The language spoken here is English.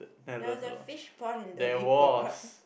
there was a fish pond in Dhoby Ghaut